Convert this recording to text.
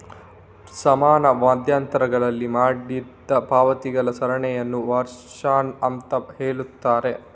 ಸಮಾನ ಮಧ್ಯಂತರಗಳಲ್ಲಿ ಮಾಡಿದ ಪಾವತಿಗಳ ಸರಣಿಯನ್ನ ವರ್ಷಾಶನ ಅಂತ ಹೇಳ್ತಾರೆ